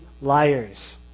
liars